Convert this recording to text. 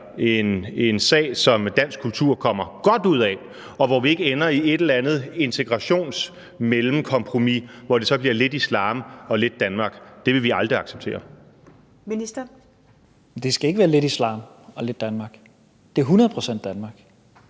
en sag, som dansk kultur kommer godt ud af, og hvor vi ikke ender i et eller andet integrationsmellemkompromis, hvor det så bliver lidt islam og lidt Danmark? Det vil vi aldrig acceptere. Kl. 17:16 Første næstformand (Karen Ellemann):